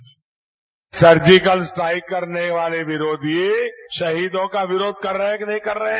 bite surgical strike करने वाले विरोधी शहीदों का विरोध कर रहे हैं कि नहीं कर रहे हैं